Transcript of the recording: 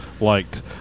liked